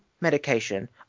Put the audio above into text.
medication